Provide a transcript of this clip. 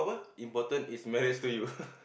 important is marriage to you